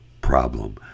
problem